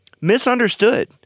misunderstood